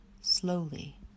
slowly